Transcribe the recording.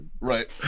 Right